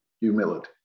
Humility